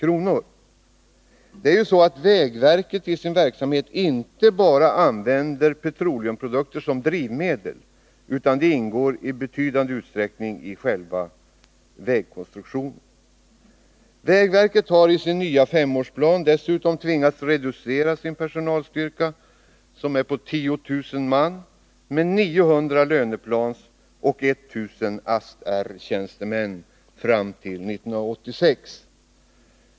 Vägverket använder ju i sin verksamhet petroleumprodukter inte bara som drivmedel, utan petroleumprodukterna ingår också i betydande utsträckning i själva vägkonstruktionerna. Dessutom har vägverket i sin nya femårsplan fram till 1986 tvingats reducera sin personalstyrka, som uppgår till 10 000 man, med 900 löneplansoch 1000 AST-R-tjänstemän.